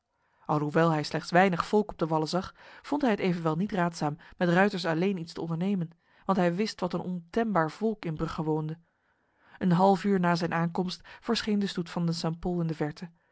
alhoewel hij slechts weinig volk op de wallen zag vond hij het evenwel niet raadzaam met ruiters alleen iets te ondernemen want hij wist wat een ontembaar volk in brugge woonde een halfuur na zijn aankomst verscheen de stoet van de st pol in de verte